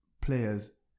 players